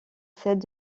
celles